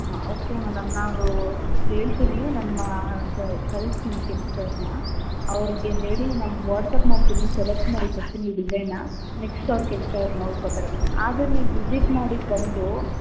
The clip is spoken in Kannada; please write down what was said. ಹಾಂ ಓಕೆ ಮೇಡಮ್ ನಾವು ಹೇಳ್ತೀನಿ ನಮ್ಮ ಕಳಿಸ್ತೀನಿ ಕೆಲ್ಸದೋರ್ನ ಅವ್ರಿಗೆ ಹೇಳಿ ನಮ್ಮ ವಾಟ್ಸ್ಆ್ಯಪ್ ಮಾಡ್ತೀನಿ ಸೆಲೆಕ್ಟ್ ಮಾಡಿ ಕೊಡ್ತೀನಿ ಡಿಸೈನಾ ನೆಕ್ಸ್ಟ್ ಅವ್ರ ಕೆಲಸ ಅವ್ರು ನೋಡ್ಕೊತಾರೆ ಆದರೂ ನೀವು ವಿಸಿಟ್ ಮಾಡಿ ಬಂದು